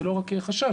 זה לא רק חשש,